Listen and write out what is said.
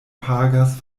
pagas